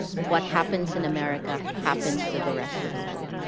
what happens in america happens to the rest of the world.